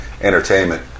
entertainment